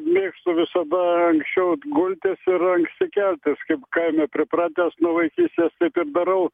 mėgstu visada anksčiau gultis ir anksti keltis kaip kaime pripratęs nuo vaikystės taip ir darau